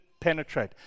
penetrate